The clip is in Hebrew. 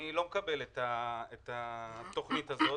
אני לא מקבל את התוכנית הזאת.